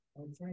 Okay